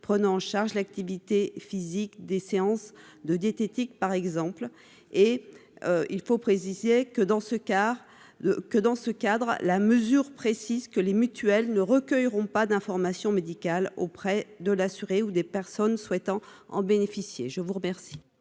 prenant en charge l'activité physique ou des séances de diététique, par exemple. Dans ce cadre, il est précisé que les mutuelles ne recueilleront pas d'informations médicales auprès de l'assuré ou des personnes souhaitant bénéficier de cette